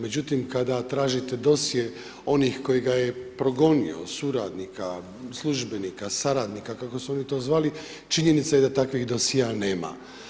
Međutim, kada tražite dosje onih koji ga je progonio suradnika, službenika, saradnika kako su oni to zvali činjenica je da takvih dosjea nema.